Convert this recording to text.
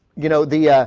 you know the ah.